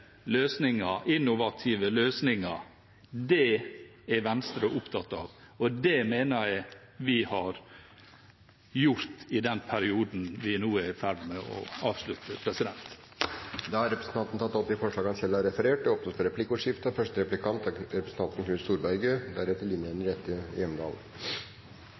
innovative løsninger, er Venstre opptatt av, og det mener jeg vi har klart i den perioden vi nå er i ferd med å avslutte. Representanten Pål Farstad har tatt opp de forslagene han refererte til. Det blir replikkordskifte. Venstre påtar seg et stort ansvar for